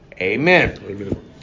Amen